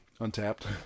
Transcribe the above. untapped